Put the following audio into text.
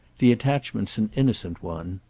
the attachment's an innocent one.